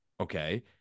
Okay